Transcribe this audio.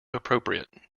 appropriate